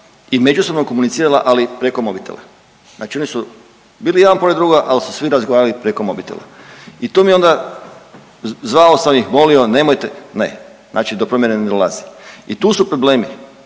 i međusobno komunicirala ali preko mobitela. Znači, oni su bili jedan pored drugoga, ali su svi razgovarali preko mobitela. I tu mi je onda, zvao sam ih, molio nemojte. Ne, znači do promjene dolazi. I tu su problemi.